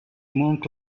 monk